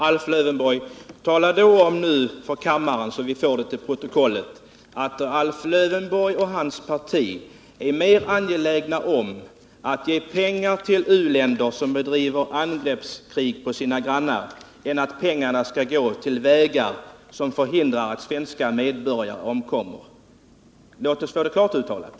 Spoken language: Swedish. Herr talman! Tala då om för kammaren, Alf Lövenborg, så att vi får det till protokollet, att Alf Lövenborg och hans parti är mer angelägna att ge pengar till u-länder som bedriver angreppskrig på sina grannar än att pengarna skall gå till vägar som förhindrar att svenska medborgare omkommer. Låt oss få det klart uttalat!